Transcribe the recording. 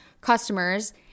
customers